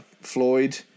Floyd